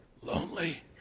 lonely